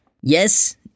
Yes